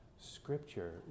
scripture